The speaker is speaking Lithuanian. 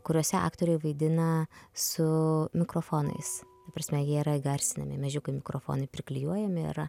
kuriuose aktoriai vaidina su mikrofonais ta prasme jie yra įgarsinami mažiukai mikrofonai priklijuojami yra